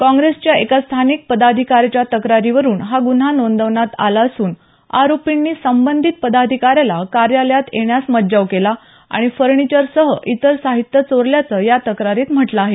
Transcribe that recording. काँग्रेसच्या एका स्थानिक पदाधिकाऱ्याच्या तक्रारीवरून हा गुन्हा नोंदवण्यात आला असून आरोपींनी संबंधित पदाधिकाऱ्याला कार्यालयात येण्यास मज्जाव केला आणि फर्निचरसह इतर साहित्य चोरल्याचं या तक्रारीत म्हटलं आहे